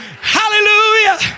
Hallelujah